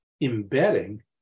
embedding